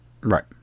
Right